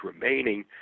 remaining